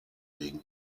wegen